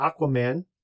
Aquaman